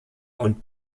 und